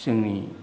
जोंनि